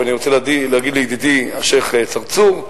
ואני רוצה להגיד לידידי השיח' צרצור,